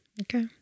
Okay